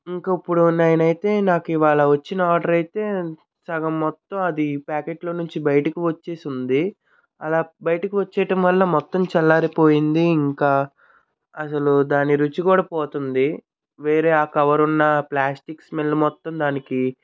ఇంకిప్పుడు నేనయితే నాకు ఇవాళ వచ్చిన ఆర్డర్ అయితే సగం మొత్తం అది ప్యాకెట్లో నుంచి బయటికి వచ్చేసి ఉంది అలా బయటకు వచ్చేయటం వల్ల మొత్తం చల్లారిపోయింది ఇంకా అసలు దాని రుచి కూడా పోతుంది వేరే ఆ కవర్ ఉన్న ప్లాస్టిక్స్ స్మెల్ మొత్తం దానికి